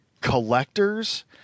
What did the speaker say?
collectors